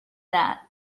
that